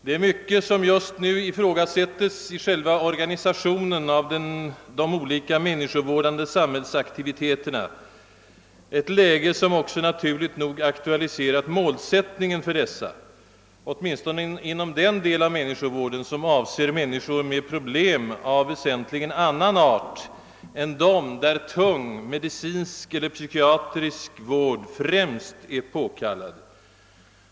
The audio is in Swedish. Det är mycket som just nu ifrågasättes i själva organisationen av de olika människovårdande samhällsaktiviteterna, ett läge som naturligt nog också har aktualiserat målsättningen för dessa, åtminstone inom den del av människovården som avser människor i problematiska tillstånd av väsentligen annan art än då tung medicinsk eller psykiatrisk vård främst är påkallad.